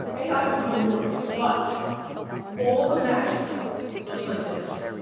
a i. will be enormous but all the magic looks like this.